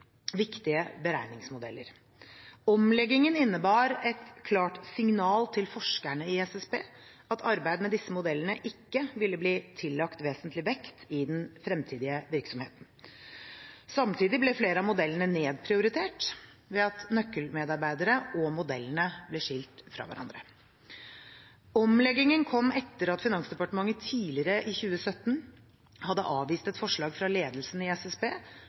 viktige beregningsmodeller. Omleggingen innebar et klart signal til forskerne i SSB om at arbeid med disse modellene ikke ville bli tillagt vesentlig vekt i den fremtidige virksomheten. Samtidig ble flere av modellene nedprioritert ved at nøkkelmedarbeidere og modellene ble skilt fra hverandre. Omleggingen kom etter at Finansdepartementet tidligere i 2017 hadde avvist et forslag fra ledelsen i SSB